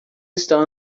estão